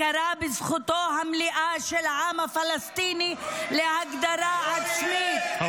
הכרה בזכותו המלאה של העם הפלסטיני להגדרה עצמית -- לא יהיה.